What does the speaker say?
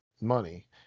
money